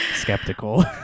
skeptical